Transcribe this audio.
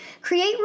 Create